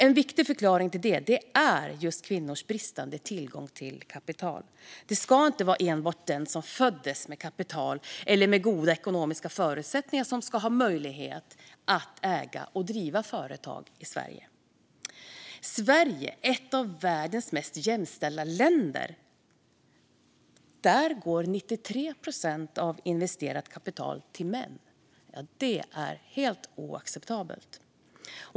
En viktig förklaring till det är just kvinnors bristande tillgång till kapital. Men det ska inte enbart vara den som föddes med kapital eller goda ekonomiska förutsättningar som ska ha möjlighet att äga och driva företag i Sverige. I Sverige, ett av världens mest jämställda länder, går 93 procent av investerat kapital till män. Det är helt oacceptabelt.